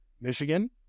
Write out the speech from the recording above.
Michigan